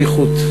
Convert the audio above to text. שליחות.